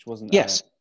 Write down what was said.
Yes